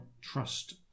trust